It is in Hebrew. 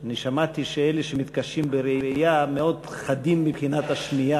אני שמעתי שאלה שמתקשים בראייה מאוד חדים בשמיעה,